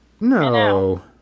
No